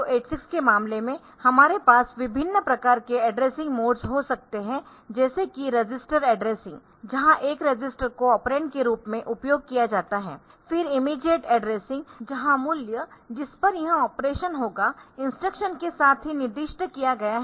8086 के मामले में हमारे पास विभिन्न प्रकार के एड्रेसिंग मोड्स हो सकते है जैसे कि रजिस्टर एड्रेसिंग जहां एक रजिस्टर को ऑपरेंड के रूप में उपयोग किया जाता है फिर इमीडियेट एड्रेसिंग जहां मूल्य जिस पर यह ऑपरेशन होगा इंस्ट्रक्शन के साथ ही निर्दिष्ट किया गया है